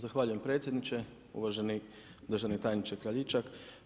Zahvaljujem predsjedniče, uvaženi državni tajniče Kraljičak.